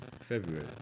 February